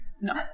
No